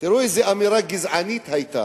איך ומדוע הצעירים הולכים לכיוון הזה.